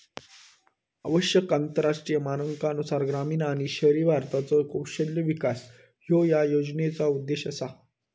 आवश्यक आंतरराष्ट्रीय मानकांनुसार ग्रामीण आणि शहरी भारताचो कौशल्य विकास ह्यो या योजनेचो उद्देश असा